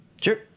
Sure